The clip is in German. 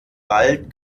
bald